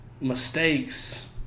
mistakes